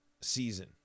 season